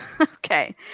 Okay